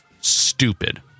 stupid